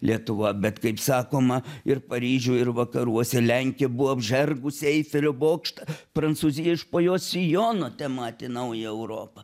lietuva bet kaip sakoma ir paryžiuj ir vakaruose lenkija buvo apžergusi eifelio bokštą prancūzija iš po jos sijono tematė naują europą